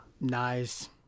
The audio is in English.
Nice